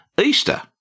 Easter